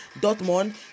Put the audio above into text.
Dortmund